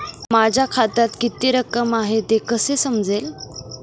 माझ्या खात्यात किती रक्कम आहे हे कसे समजेल?